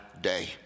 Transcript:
day